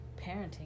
parenting